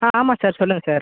ஆ ஆமாம் சார் சொல்லுங்கள் சார்